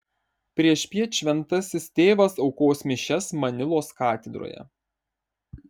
priešpiet šventasis tėvas aukos mišias manilos katedroje